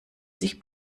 sich